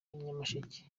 nyamasheke